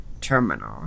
terminal